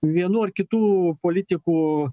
vienų ar kitų politikų